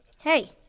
Hey